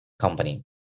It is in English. company